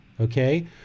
Okay